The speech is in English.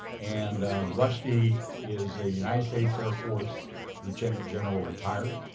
and rusty is a united states air force lieutenant general retired.